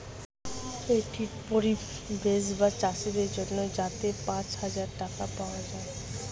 credit পরিষেবা চাষীদের জন্যে যাতে পাঁচ হাজার টাকা পাওয়া যায়